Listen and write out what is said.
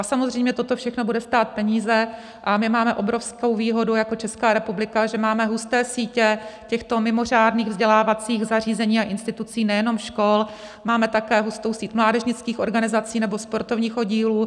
Samozřejmě toto všechno bude stát peníze a my máme obrovskou výhodu jako Česká republika, že máme husté sítě těchto mimořádných vzdělávacích zařízení a institucí nejenom škol, máme také hustou síť mládežnických organizací nebo sportovních oddílů.